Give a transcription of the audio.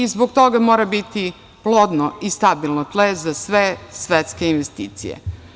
Zbog toga mora biti plodno i stabilno tle za sve svetske investicije.